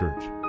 Church